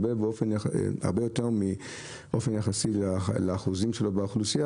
הציבורית הרבה יותר מהאחוזים שלו באוכלוסייה.